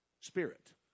spirit